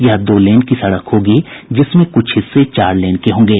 यह दो लेन की सड़क होगी जिसमें कुछ हिस्से चार लेन के होंगे